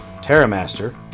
Terramaster